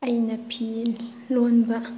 ꯑꯩꯅ ꯐꯤ ꯂꯣꯟꯕ